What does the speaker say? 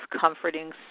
comforting